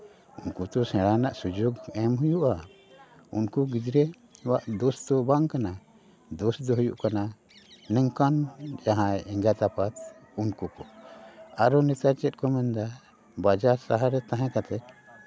ᱩᱱᱠᱩ ᱛᱚ ᱥᱮᱬᱟ ᱨᱮᱱᱟᱜ ᱥᱩᱡᱳᱜᱽ ᱮᱢ ᱦᱩᱭᱩᱜᱼᱟ ᱩᱱᱠᱩ ᱜᱤᱫᱽᱨᱟᱹᱣᱟᱜ ᱫᱳᱥ ᱛᱚ ᱵᱟᱝ ᱠᱟᱱᱟ ᱫᱳᱥ ᱫᱚ ᱦᱩᱭᱩᱜ ᱠᱟᱱᱟ ᱱᱚᱝᱠᱟᱱ ᱡᱟᱦᱟᱸᱭ ᱮᱸᱜᱟᱛᱼᱟᱯᱟᱛ ᱩᱱᱠᱩ ᱠᱚ ᱟᱨᱚ ᱱᱮᱛᱟᱨ ᱪᱮᱫ ᱠᱚ ᱢᱮᱱᱫᱟ ᱵᱟᱡᱟᱨ ᱥᱟᱦᱟᱨ ᱨᱮ ᱛᱟᱦᱮᱸ ᱠᱟᱛᱮᱫ